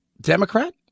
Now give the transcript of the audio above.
Democrat